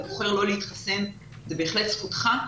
אתה בוחר לא להתחסן, זאת בהחלט זכותך,